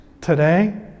today